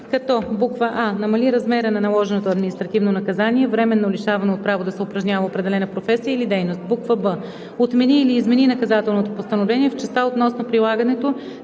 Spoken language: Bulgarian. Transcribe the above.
като: а) намали размера на наложеното административно наказание временно лишаване от право да се упражнява определена професия или дейност; б) отмени или измени наказателното постановление в частта относно прилагането